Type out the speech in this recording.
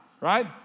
right